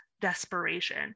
desperation